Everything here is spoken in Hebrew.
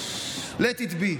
let it be.